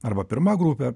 arba pirma grupė